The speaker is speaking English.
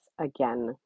Again